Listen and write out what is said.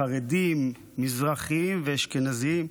חרדים, מזרחים ואשכנזים,